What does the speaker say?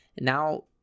Now